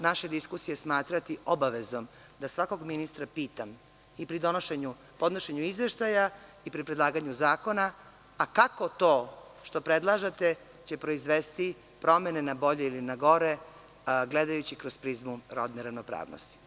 Naše diskusije ću smatrati obavezom da svakog ministra pitam pri donošenju izveštaja i pri predlaganju zakona – kako to što predlažete će proizvesti promene na bolje ili na gore, gledajući kroz prizmu rodne ravnopravnosti.